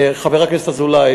חבר הכנסת אזולאי,